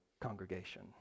congregation